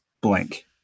blank